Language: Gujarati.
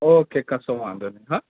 ઓકે કશો વાંધો નહીં હં